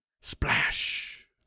Splash